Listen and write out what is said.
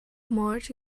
مارج